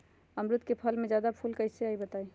अमरुद क फल म जादा फूल कईसे आई बताई?